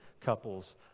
couples